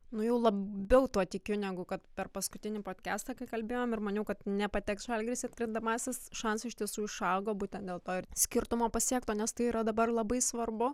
nu jau labiau tuo tikiu negu kad per paskutinį potkestą kai kalbėjom ir maniau kad nepateks žalgiris į atkrintamąsias šansų iš tiesų išaugo būtent dėl to ir skirtumo pasiekto nes tai yra dabar labai svarbu